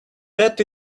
that